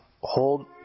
hold